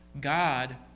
God